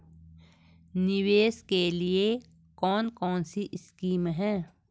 निवेश के लिए कौन कौनसी स्कीम हैं?